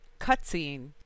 cutscene